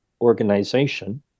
Organization